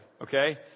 okay